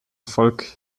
volk